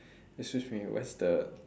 excuse me where's the